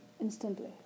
instantly